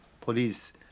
police